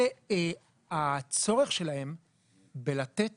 והצורך שלהם בלתת